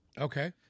Okay